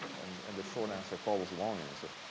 and the short answer follows the long answer.